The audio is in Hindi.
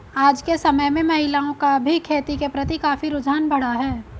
आज के समय में महिलाओं का भी खेती के प्रति काफी रुझान बढ़ा है